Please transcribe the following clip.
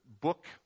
book